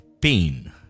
pain